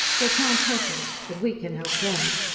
they can't help us. but we can help them.